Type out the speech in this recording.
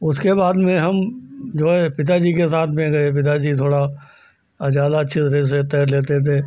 उसके बाद में हम जो है पिता जी के साथ में गए पिता जी थोड़ा ज़्यादा अच्छी तरह से तैर लेते थे